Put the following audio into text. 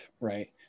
right